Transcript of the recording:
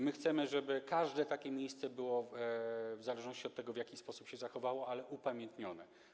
My chcemy, żeby każde takie miejsce było w zależności od tego, w jaki sposób się zachowało, upamiętnione.